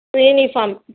uniform